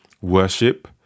worship